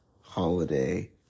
holiday